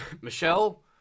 Michelle